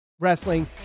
wrestling